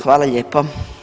Hvala lijepo.